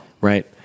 Right